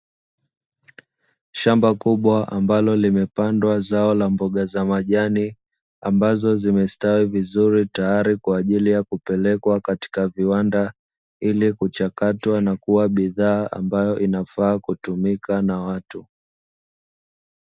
Shamba kubwa ambalo limepandwa zao la mboga za majani ambazo zimestawi vizuri, tayari kwa ajili ya kupelekwa katika viwanda ili kuchakatwa na kuwa bidhaa inayofaa kutumika na watu.